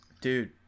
dude